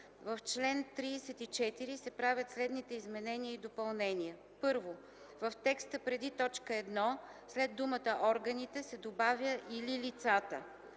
В чл. 34 се правят следните изменения и допълнения: 1. В текста преди т. 1 след думата „органите” се добавя „или лицата”.